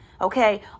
okay